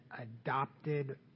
adopted